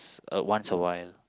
uh once a while